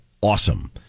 awesome